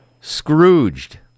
Scrooged